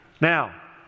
Now